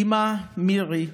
אימא מירי,